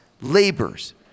labors